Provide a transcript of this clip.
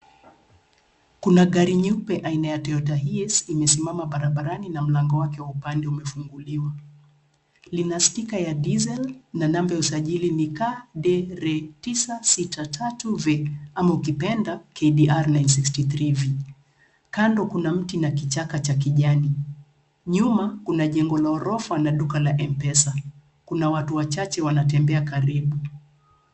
Kuna gari nyeupe aina ya Toyota Hiace imesimama barabarani na mlango wake upande wa umefunguliwa lina stika la diesel na namba ya usijali ni Ka De Re tisa sita tatu Ve , ama ukipenda KDR 963V , kando kuna miti na kichaka ya kijani, nyuma kuna jengo la ghorofa na duka la mpesa, kuna watu wachache wanatembea karibu.